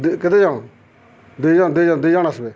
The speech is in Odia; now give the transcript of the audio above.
କେତେ ଜଣ ଦୁଇ ଜଣ ଦୁଇ ଜଣ ଦୁଇ ଜଣ ଆସିବେ